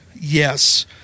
Yes